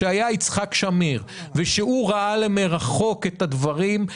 כשהיה יצחק שמיר ושהוא ראה למרחוק את הדברים,